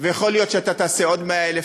ויכול להיות שאתה תעשה עוד 100,000,